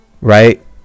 Right